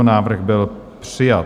Návrh byl přijat.